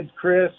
Chris